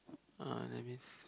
uh that means